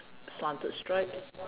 slanted stripes